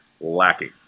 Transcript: lacking